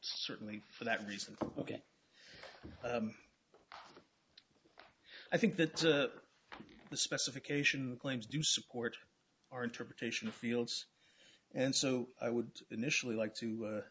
certainly for that reason ok i think that the specification claims do support our interpretation of fields and so i would initially like to